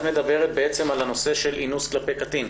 את מדברת על הנושא של אינוס כלפי קטין?